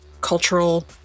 cultural